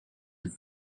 the